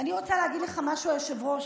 ואני רוצה להגיד לך משהו, היושב-ראש.